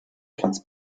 platz